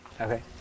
okay